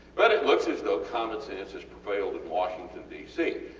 but it looks as though common sense has prevailed in washington d c.